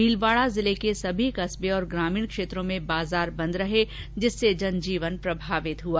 भीलवाड़ा जिले के सभी कस्बे और ग्रामीण क्षेत्रों में बाजार बंद रहे जिससे जनजीवन प्रभावित हुआ